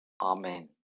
Amen